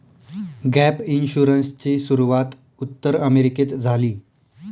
gap इन्शुरन्सची सुरूवात उत्तर अमेरिकेत झाली